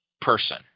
person